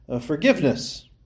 forgiveness